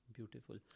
Beautiful